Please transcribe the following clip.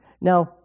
Now